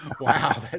Wow